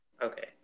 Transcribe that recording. Okay